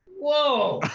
whoa.